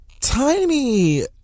Tiny